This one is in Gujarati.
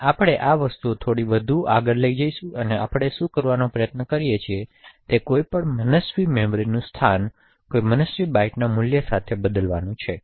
હવે આપણે વસ્તુઓ થોડી વધુ આગળ લઈ જઈશું અને આપણે શું કરવાનો પ્રયાસ કરી રહ્યા છીએ તે કોઈ પણ મનસ્વી મેમરીનું સ્થાન કોઈપણ મનસ્વી બાઇટ મૂલ્ય સાથે બદલવાનું છે